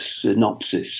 synopsis